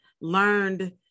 learned